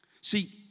See